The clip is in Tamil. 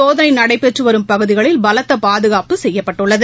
சோதனைநடைபெற்றுவரும் பகுதிகளில் பலத்தபாதுகாப்பு செய்யப்பட்டுள்ளது